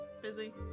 Fizzy